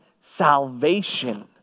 salvation